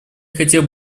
хотел